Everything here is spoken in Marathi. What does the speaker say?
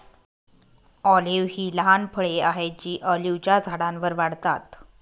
ऑलिव्ह ही लहान फळे आहेत जी ऑलिव्हच्या झाडांवर वाढतात